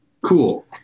Cool